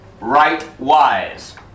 right-wise